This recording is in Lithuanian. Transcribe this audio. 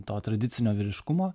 to tradicinio vyriškumo